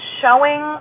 showing